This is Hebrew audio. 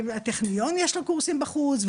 הטכניון יש לו קורסים בחוץ,